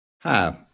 Hi